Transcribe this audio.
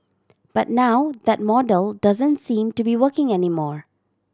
but now that model doesn't seem to be working anymore